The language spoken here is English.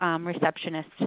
receptionist